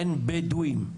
אין בדואים,